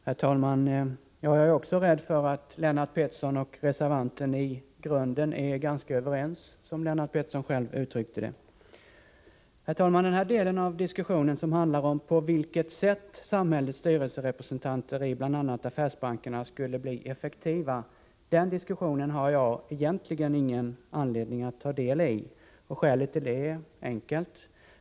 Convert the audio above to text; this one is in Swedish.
Herr talman! Jag är också rädd för att Lennart Pettersson och reservanten är ganska överens, som Lennart Pettersson uttryckte det. Herr talman! Den här delen av diskussionen, som handlar om på vilket sätt samhällets styrelserepresentanter i bl.a. affärsbankerna skulle kunna bli effektivare, har jag egentligen ingen anledning att ta del i. Skälet till det är enkelt.